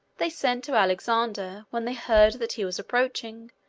they sent to alexander when they heard that he was approaching,